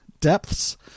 Depths